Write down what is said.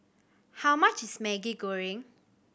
how much is Maggi Goreng